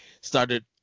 started